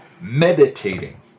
meditating